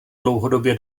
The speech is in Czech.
dlouhodobě